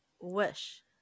wish